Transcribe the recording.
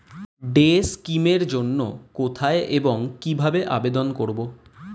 Day scheme এর জন্য কোথায় এবং কিভাবে আবেদন করব?